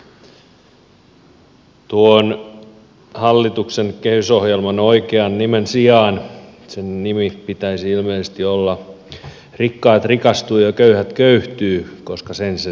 tuon hallituksen kehysohjelman oikean nimen sijaan sen nimen pitäisi ilmeisesti olla rikkaat rikastuu ja köyhät köyhtyy koska sen se tekee